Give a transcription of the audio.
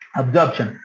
absorption